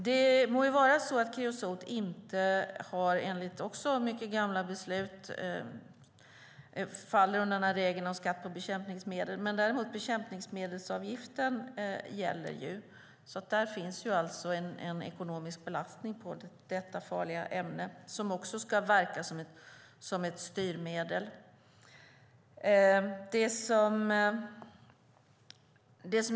Det må vara så att kreosot, enligt också mycket gamla beslut, inte faller under regeln om skatt på bekämpningsmedel. Men däremot gäller bekämpningsmedelsavgiften. Det finns alltså en ekonomisk belastning på detta farliga ämne som också ska verka som ett styrmedel.